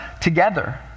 together